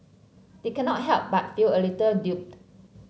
they cannot help but feel a little duped